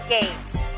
games